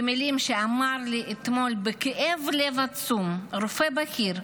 במילים שאמר לי אתמול בכאב לב עצום רופא בכיר,